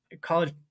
college